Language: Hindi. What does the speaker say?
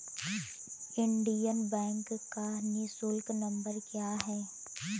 इंडियन बैंक का निःशुल्क नंबर क्या है?